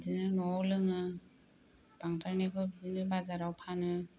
बिदिनो न'आव लोङो बांद्राय नायखौ बिदिनो बाजाराव फानो